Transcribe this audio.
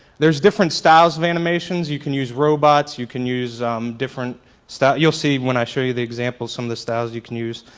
there's different styles of animations. you can use robots. you can use um different styles, you'll see when i show you the example, some of the styles you can use.